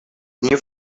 new